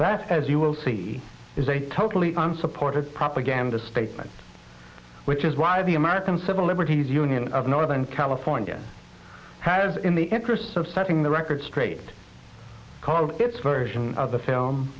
party as you will see is a totally unsupported propaganda statement which is why the american civil liberties union of northern california has in the interests of setting the record straight it's version of the film